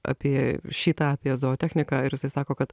apie šį tą apie zootechniką ir sako kad